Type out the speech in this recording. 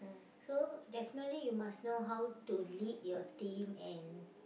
so definitely you must know how to lead your team and